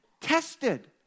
tested